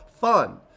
fun